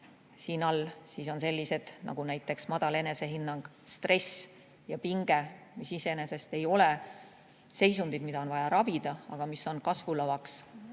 siin kõrval]. Need on sellised nagu näiteks madal enesehinnang, stress ja pinge, mis iseenesest ei ole seisundid, mida on vaja ravida, aga mis on kasvulavaks